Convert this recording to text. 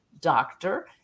doctor